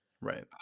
Right